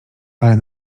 ale